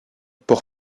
pour